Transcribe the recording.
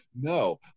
no